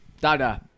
Da-da